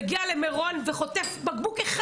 מגיע למירון וחוטף אפילו בקבוק אחד,